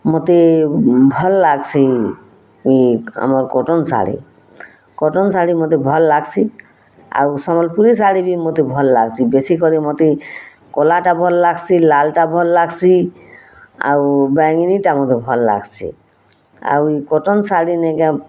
ମୋତେ ଭଲ୍ ଲାଗ୍ସି ଇ ଆମର୍ କଟନ୍ ଶାଢ଼ୀ କଟନ୍ ଶାଢ଼ୀ ମୋତେ ଭଲ୍ ଲାଗ୍ସି ଆଉ ସମ୍ବଲପୁରୀ ଶାଢ଼ୀ ବି ମୋତେ ଭଲ୍ ଲାଗ୍ସି ବେଶୀ କରି ମୋତେ କଲାଟା ଭଲ୍ ଲାଗ୍ସି ଲାଲ୍ଟା ଭଲ୍ ଲାଗ୍ସି ଆଉ ବାଇଗିନୀଁ ଟା ମୋତେ ଭଲ୍ ଲାଗ୍ସି ଆଉ ଇ କଟନ୍ ଶାଢ଼ୀ ନାଇଁକେ